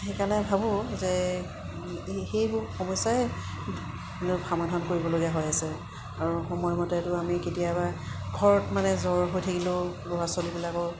সেইকাৰণে ভাবোঁ যে সেইবোৰ সমস্যাই ধৰি লওক সমাধান কৰিবলগীয়া হৈ আছে আৰু সময়মতেতো আমি কেতিয়াবা ঘৰত মানে জ্বৰ হৈ থাকিলেও ল'ৰা ছোৱালীবিলাকৰ